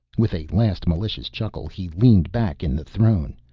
with a last malicious chuckle, he leaned back in the throne.